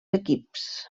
equips